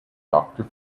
doctor